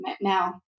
Now